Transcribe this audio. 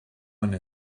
one